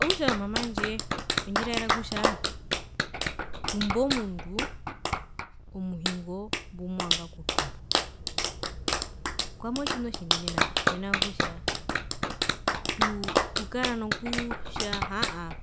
Okutja mama wandje wendji raera kutja tumba omundu owano mbumovanga okutumbwa kwami otjina otjinene navi mena rokutja tuu tukara noku nokutja aahaa